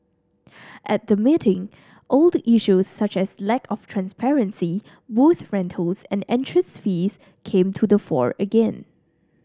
at the meeting old issues such as lack of transparency booth rentals and entrance fees came to the fore again